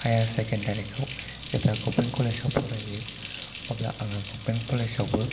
higher secondary खौ जेब्ला government कलेजाव फरायो अब्ला आङो गभार्मेन्ट कलेजावबो